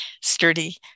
sturdy